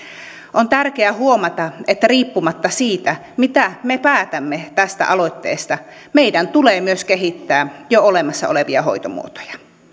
on tärkeää huomata että riippumatta siitä mitä me päätämme tästä aloitteesta meidän tulee myös kehittää jo olemassa olevia hoitomuotoja